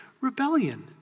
rebellion